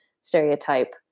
stereotype